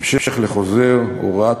המשך לחוזר הוראת